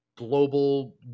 global